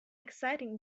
exciting